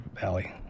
Valley